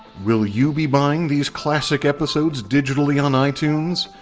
will you be buying these classic episodes digitally on itunes?